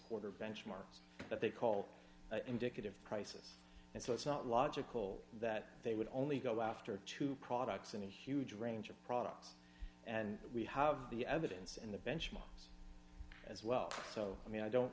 quarter benchmarks that they call indicative prices and so it's not logical that they would only go after two products in a huge range of products and we have the evidence and the benchmarks as well so i mean i don't